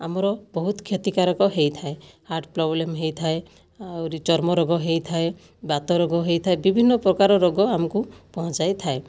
ଆମର ବହୁତ କ୍ଷତିକାରକ ହେଇଥାଏ ହାର୍ଟ ପ୍ରୋବ୍ଲେମ୍ ହେଇଥାଏ ଆହୁରି ଚର୍ମ ରୋଗ ହେଇଥାଏ ବାତ ରୋଗ ହେଇଥାଏ ବିଭିନ୍ନ ପ୍ରକାର ରୋଗ ଆମକୁ ପହଞ୍ଚାଇଥାଏ